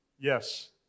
Yes